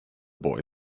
boy